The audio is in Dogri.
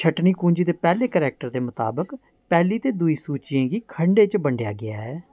छटनी कुंजी दे पैह्ले कैरैक्टर दे मताबक पैह्ली ते दूई सूचियें गी खंडें च बंडेआ गेआ ऐ